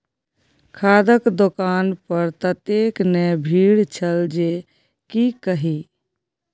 खादक दोकान पर ततेक ने भीड़ छल जे की कही